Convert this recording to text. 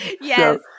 Yes